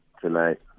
tonight